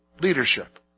leadership